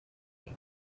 sand